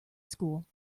school